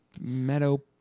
Meadow